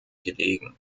gelegen